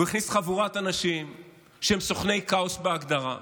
והוא הכניס חבורת אנשים שהם סוכני כאוס בהגדרה.